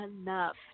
enough